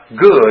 Good